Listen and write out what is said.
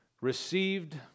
received